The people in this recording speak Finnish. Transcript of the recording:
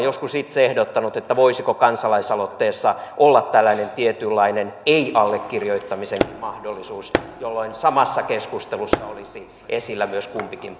joskus itse ehdottanut voisiko kansalaisaloitteessa olla tällainen tietynlainen ei allekirjoittamisenkin mahdollisuus jolloin samassa keskustelussa olisi esillä kumpikin